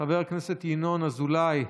חבר הכנסת ינון אזולאי,